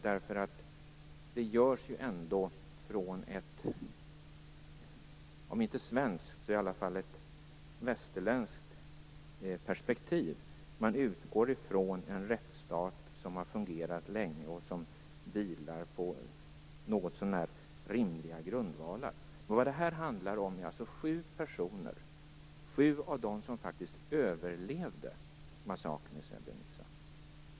Den görs ändå utifrån ett om inte svenskt så i varje fall ett västerländskt perspektiv. Man utgår från en rättsstat som har fungerat länge och som vilar på något så när rimliga grundvalar. Vad det här handlar om är sju personer, sju av dem som överlevde massakern i Srebrenica.